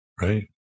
right